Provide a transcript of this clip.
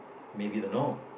may be the norm